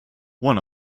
one